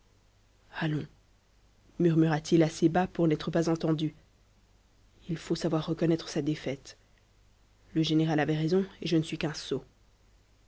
allons murmura-t-il assez bas pour n'être pas entendu il faut savoir reconnaître sa défaite le général avait raison et je ne suis qu'un sot